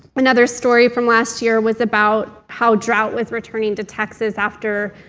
another story from last year was about how drought was returning to texas after